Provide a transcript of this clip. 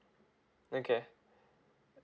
okay